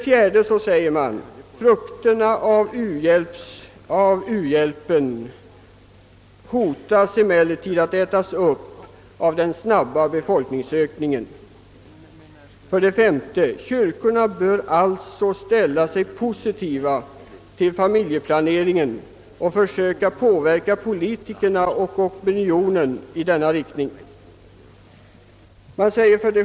4) Frukterna av u-landshjälpen hotas emellertid att ätas upp av den snabba befolkningsökningen. 5) Kyrkorna bör därför ställa sig positiva till familjeplaneringen och försöka påverka politikerna och opinionen i denna riktning.